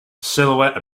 silhouette